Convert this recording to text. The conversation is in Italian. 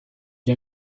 gli